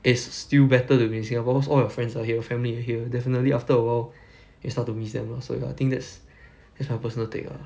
it's still better than to be in singapore cause all your friends are here family are here definitely after awhile you'll start to miss them lah so ya I think that's just my personal take ah